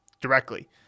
directly